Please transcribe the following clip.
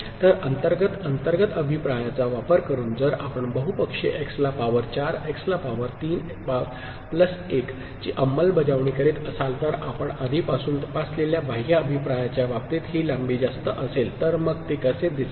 तर अंतर्गत अंतर्गत अभिप्रायाचा वापर करून जर आपण बहुपक्षीय x ला पॉवर 4 एक्स ला पॉवर 3 प्लस 1 ची अंमलबजावणी करीत असाल तर आपण आधीपासून तपासलेल्या बाह्य अभिप्रायच्या बाबतीत ही लांबी जास्त असेल तर मग ते कसे दिसेल